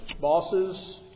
bosses